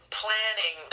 planning